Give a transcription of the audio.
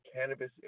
cannabis